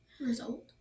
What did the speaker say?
Result